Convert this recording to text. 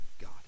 God